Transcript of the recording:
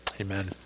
amen